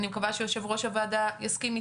אני מקווה שיושבת ראש הוועדה יסכים איתי,